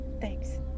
Thanks